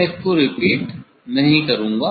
मैं उसको रिपीट नहीं करूँगा